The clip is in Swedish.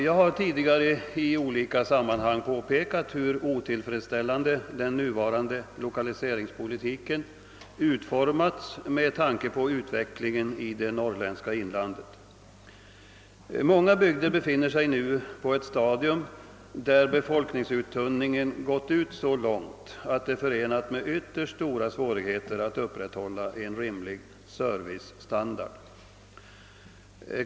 Jag har tidigare i skilda sammanhang påpekat hur otillfredsställande den nuvarande = lokaliseringspolitiken utformats med tanke på utvecklingen i det norrländska inlandet. Många bygder befinner sig nu på ett stadium där befolkningsuttunningen gått så långt att det är förenat med ytterst stora svårigheter att upprätthålla en rimlig servicestandard.